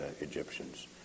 Egyptians